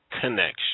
Connection